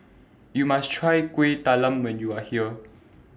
YOU must Try Kueh Talam when YOU Are here